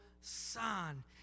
son